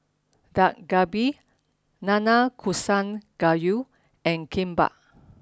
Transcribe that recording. Dak Galbi Nanakusa Gayu and Kimbap